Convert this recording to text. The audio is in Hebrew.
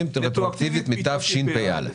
מתשפ"א.